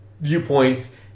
viewpoints